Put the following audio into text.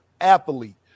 athlete